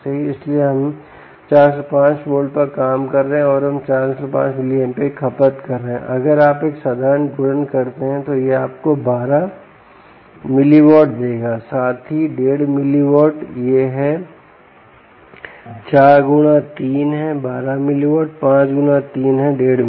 इसलिए हम 45 वोल्ट पर काम कर रहे हैं और हम 45 mA की खपत कर रहे हैं अगर आप एक साधारण गुणन करते हैं तो यह आपको 12 mW देगा साथ ही 15 mW यह है 4 गुणा 3 है 12 mW 5 गुणा 3 है 15 mW